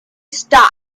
stop